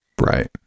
Right